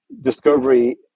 discovery